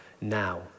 now